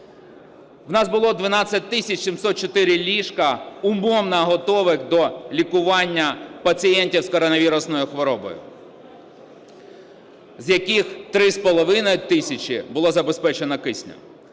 У нас було 12 тисяч 704 ліжка, умовно готових до лікування пацієнтів з коронавірусною хворобою, з яких три з половиною тисячі було забезпечено киснем.